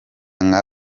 nka